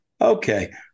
Okay